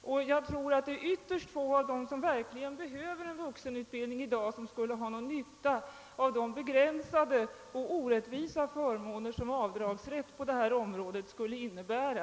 Jag tror att ytterst få av dem som verkligen behöver vuxenutbildning i dag skulle ha någon nytta av de begränsade och orättvisa förmåner som en avdragsrätt på det här området skulle innebära.